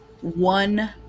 one